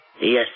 Yes